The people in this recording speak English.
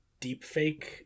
deepfake